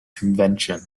convention